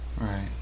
right